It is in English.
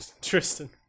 Tristan